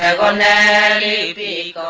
on the